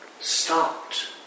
stopped